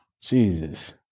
Jesus